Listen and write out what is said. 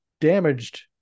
damaged